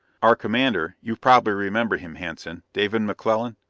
our commander you probably remember him, hanson david mcclellan?